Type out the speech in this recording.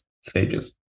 stages